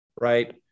Right